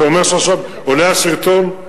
אתה אומר שעכשיו עולה הסרטון,